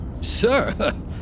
Sir